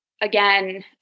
again